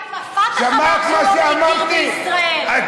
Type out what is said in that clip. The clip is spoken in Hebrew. בינתיים הפתח אמר שהוא לא מכיר בישראל,